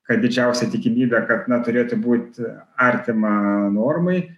kad didžiausia tikimybė kad na turėtų būt artima normai